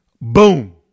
boom